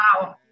Wow